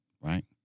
Right